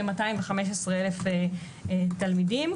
כ-215,000 תלמידים.